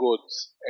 goods